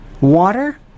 water